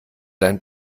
dein